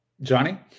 Johnny